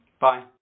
Bye